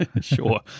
Sure